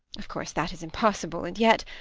of course that is impossible, and yet